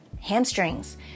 hamstrings